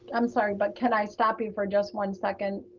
i'm sorry, but can i stop you for just one second?